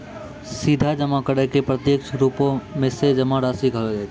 सीधा जमा करै के प्रत्यक्ष रुपो से जमा राशि कहलो जाय छै